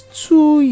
two